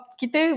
kita